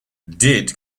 did